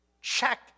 check